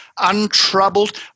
untroubled